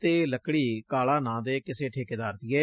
ਅਤੇ ਇਹ ਲੱਕੜੀ ਕਾਲਾ ਨਾਂ ਦੇ ਕਿਸੇ ਠੇਕੇਦਾਰ ਦੀ ਏ